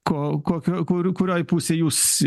ko kokių kurių kurioj pusėj jūs